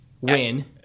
win